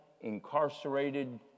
incarcerated